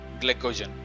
glycogen